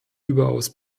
überaus